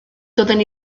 doeddwn